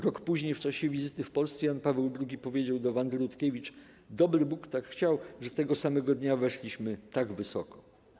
Rok później w czasie wizyty w Polsce Jan Paweł II powiedział do Wandy Rutkiewicz: 'Dobry Bóg tak chciał, że tego samego dnia weszliśmy tak wysoko'